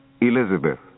Elizabeth